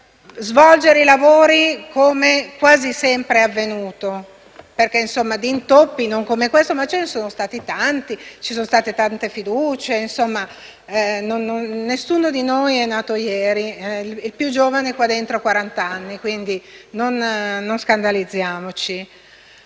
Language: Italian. svolgere i lavori come quasi sempre è avvenuto, perché di intoppi - non come questo - ce ne sono stati sempre tanti. Ci sono state tante fiducie. Insomma, nessuno di noi è nato ieri e il più giovane qui ha quarant'anni, quindi non scandalizziamoci.